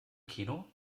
kino